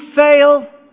fail